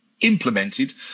implemented